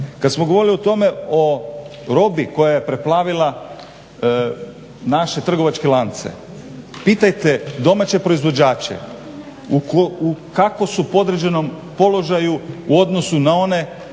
kad smo govorili o tome, o robi koja je preplavila naše trgovačke lance pitajte domaće proizvođače u kakvom su podređenom položaju u odnosu na one